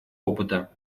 опыта